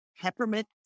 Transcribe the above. peppermint